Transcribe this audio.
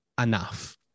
enough